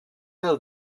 del